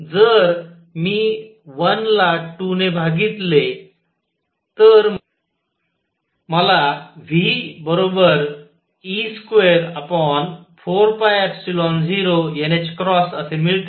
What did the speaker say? जर मी 1 ला 2 ने भागिलेतर मला ve24π0nℏअसे मिळते